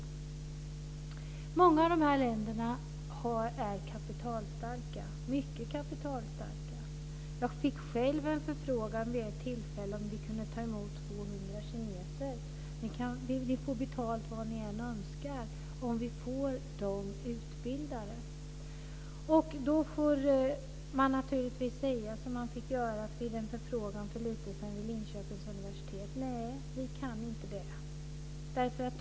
Många av de här länderna är mycket kapitalstarka. Jag fick själv en förfrågan vid ett tillfälle om vi kunde ta emot 200 kineser. Ni får betalt vad ni än önskar om vi får dem utbildade, hette det. Då får man naturligtvis säga som Linköpings universitet fick göra vid en förfrågan för en tid sedan: Nej, vi kan inte det.